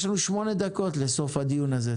יש לנו שמונה דקות לסיום הדיון הזה,